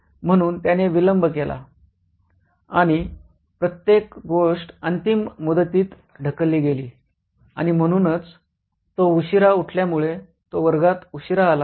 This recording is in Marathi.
म्हणून त्याने विलंब केला आणि प्रत्येक गोष्ट अंतिम मुदतीत ढकलली गेली आणि म्हणूनच तो उशिरा उठल्यामुळे तो वर्गात उशिरा आला